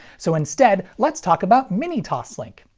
so instead, let's talk about mini-toslink!